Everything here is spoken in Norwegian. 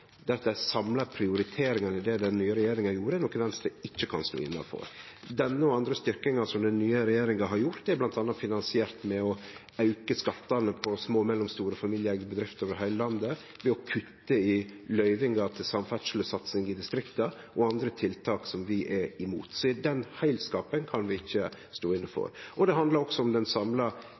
samla prioriteringane den nye regjeringa gjorde, er noko Venstre ikkje kan stå inne for. Denne og andre styrkingar som den nye regjeringa har gjort, er bl.a. finansierte med å auka skattane på små og mellomstore familieeigde bedrifter over heile landet, ved å kutte i løyvingar til samferdslesatsing i distrikta, og andre tiltak som vi er imot. Den heilskapen kan vi ikkje stå inne for. Det handlar også om den samla